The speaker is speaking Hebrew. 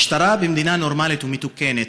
משטרה במדינה נורמלית ומתוקנת,